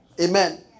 Amen